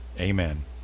amen